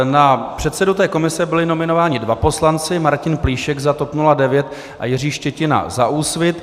Na předsedu komise byli nominováni dva poslanci: Martin Plíšek za TOP 09 a Jiří Štětina za Úsvit.